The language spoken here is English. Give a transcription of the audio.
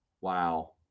Wow